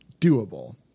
doable